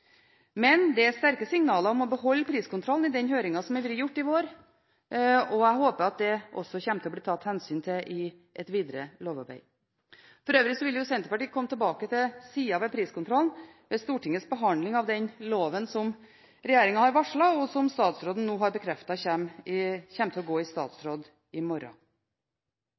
Men det var sterke signaler om å beholde priskontrollen i den høringen som har vært gjort i vår, og jeg håper at det også kommer til å bli tatt hensyn til i et videre lovarbeid. For øvrig vil Senterpartiet komme tilbake til sider ved priskontrollen ved Stortingets behandling av det lovforslaget som regjeringen har varslet, og som statsråden nå har bekreftet kommer til å gå i statsråd i morgen.